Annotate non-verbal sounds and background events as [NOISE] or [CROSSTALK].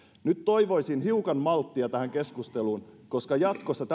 nyt toivoisin hiukan malttia tähän keskusteluun koska jatkossa [UNINTELLIGIBLE]